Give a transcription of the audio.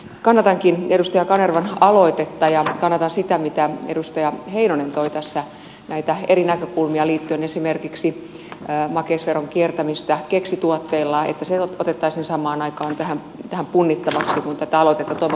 kannatankin edustaja kanervan aloitetta ja kannatan sitä mitä edustaja heinonen toi tässä esiin näitä eri näkökulmia liittyen esimerkiksi makeisveron kiertämiseen keksituotteilla että se otettaisiin samaan aikaan tähän punnittavaksi kun tätä aloitetta toivon mukaan käydään läpi